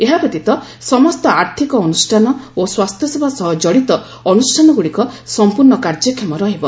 ଏହା ବ୍ୟତୀତ ସମସ୍ତ ଆର୍ଥିକ ଅନୁଷ୍ଠାନ ଓ ସ୍ୱାସ୍ଥ୍ୟସେବା ସହ ଜଡ଼ିତ ଅନୁଷ୍ଠାନଗୁଡ଼ିକ ସଂପୂର୍ଣ୍ଣ କାର୍ଯ୍ୟକ୍ଷମ ରହିବ